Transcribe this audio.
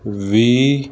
ਵੀਹ